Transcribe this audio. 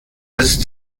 ist